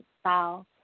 style